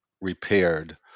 repaired